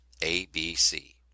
ABC